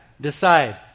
Decide